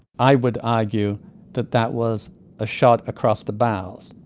i would argue that that was a shot across the bows.